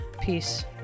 Peace